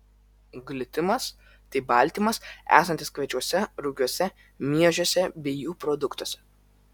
glitimas tai baltymas esantis kviečiuose rugiuose miežiuose bei jų produktuose